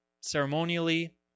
ceremonially